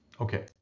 Okay